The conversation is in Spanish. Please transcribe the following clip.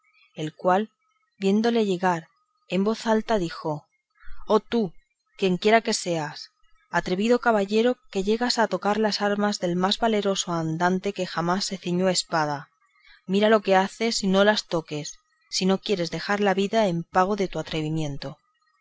el cual viéndole llegar en voz alta le dijo oh tú quienquiera que seas atrevido caballero que llegas a tocar las armas del más valeroso andante que jamás se ciñó espada mira lo que haces y no las toques si no quieres dejar la vida en pago de tu atrevimiento